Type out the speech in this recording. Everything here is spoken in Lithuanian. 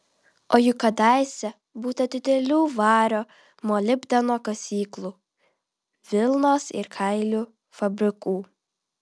o juk kadaise būta didelių vario molibdeno kasyklų vilnos ir kailių fabrikų